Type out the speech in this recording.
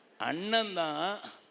Ananda